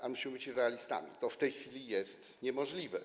Ale musimy być realistami, to w tej chwili jest niemożliwe.